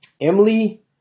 Emily